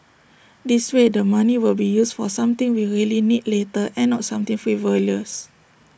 this way the money will be used for something we really need later and not something frivolous